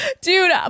dude